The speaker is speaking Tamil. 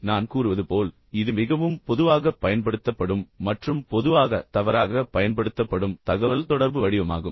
நான் கூறுவது போல் இது மிகவும் பொதுவாகப் பயன்படுத்தப்படும் மற்றும் பொதுவாக தவறாகப் பயன்படுத்தப்படும் தகவல்தொடர்பு வடிவமாகும்